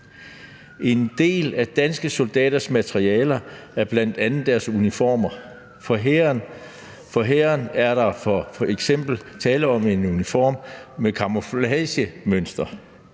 En del af de danske soldaters materiel er bl.a. deres uniformer. For hærens vedkommende er der f.eks. tale om en uniform med camouflagemønster.